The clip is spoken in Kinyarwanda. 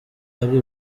ari